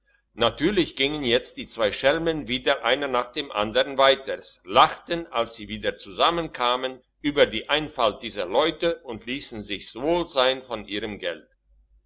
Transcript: natürlich gingen jetzt die zwei schelmen wieder einer nach dem andern weiters lachten als sie wieder zusammenkamen über die einfalt dieser leute und liessen sich's wohl sein von ihrem geld